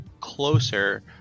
closer